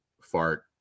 fart